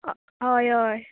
होय होय